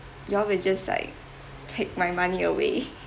you all will just like take my money away